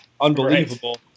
unbelievable